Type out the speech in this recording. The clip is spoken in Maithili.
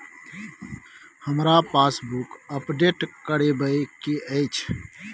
हमरा पासबुक अपडेट करैबे के अएछ?